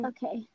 Okay